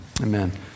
Amen